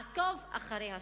לעקוב אחרי השלטון,